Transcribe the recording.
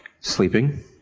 sleeping